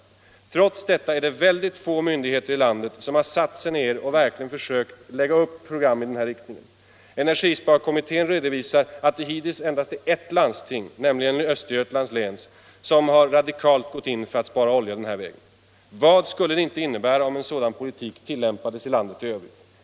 Trots detta är det väldigt få myndigheter i landet som verkligen försökt lägga upp ett program i den här riktningen. Energisparkommittén redovisar att det hittills endast är ett landsting, nämligen i Östergötlands län, som radikalt gått in för att spara olja den här vägen. Vad skulle det inte innebära om en sådan politik tillämpades i landet i övrigt?